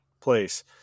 place